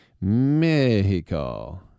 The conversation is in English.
Mexico